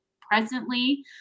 presently